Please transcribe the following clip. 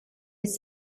his